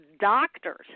doctors